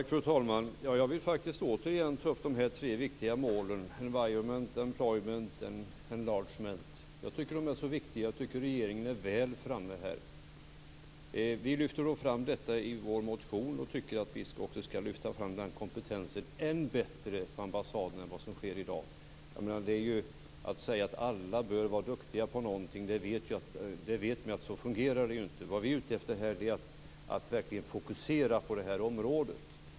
Fru talman! Jag vill faktiskt återigen ta upp de tre viktiga målen environment, employment och enlargement. Jag tycker att de är så viktiga. Jag tycker att regeringen ligger väl framme här. Vi lyfter fram detta i vår motion och tycker att vi också ska lyfta fram den här kompetensen än bättre på ambassaderna än vad som sker i dag. Vi vet att det inte fungerar att säga att alla bör vara duktiga på en speciell sak. Det vi är ute efter här är att verkligen fokusera på det här området.